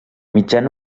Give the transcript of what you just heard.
mitjan